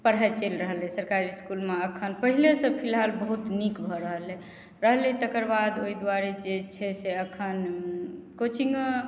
पढ़ाइ चलि रहल अछि सरकारी इसकुलमे अखन पहिले से फिलहाल बहुत नीक भऽ रहल अछि रहलै तेकर बाद ओहि दुआरे जे छै से अखन कोचिङ्ग